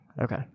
Okay